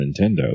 nintendo